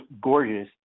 gorgeous